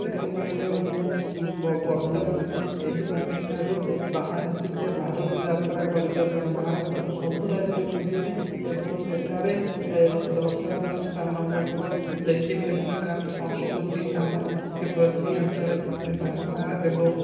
ସେଥିପାଇଁକା ମୁଁ ବର୍ତ୍ତମାନ ଏହି ମାସଠାରୁ ବାହାରିଛି ଯେ ଭାରତ ଯାତ୍ରା କରିବା ପାଇଁ ଭାରତର ସବୁ ରାଜ୍ୟକୁ ଯିବି ଏବଂ ସେଠାରେ ଦର୍ଶନୀୟ ସ୍ଥାନ ଗୁଡ଼ିକ ଦେଖିବି ଏବଂ ତାର ସଂସ୍କୃତି ତାର କିପରି ସେହି ଅଞ୍ଚଳରେ କିପରି ଭାଷା ଏବଂ